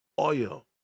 oil